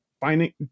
finding